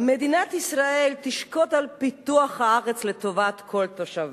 "מדינת ישראל תשקוד על פיתוח הארץ לטובת כל תושביה,